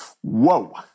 Whoa